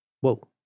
Whoa